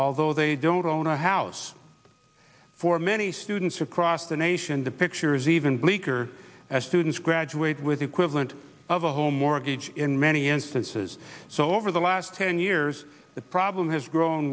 although they don't own a house for many students across the nation the picture is even bleaker as students graduate with the equivalent of a home mortgage in many instances so over the last ten years the problem has grown